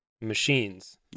machines